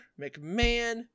McMahon